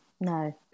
no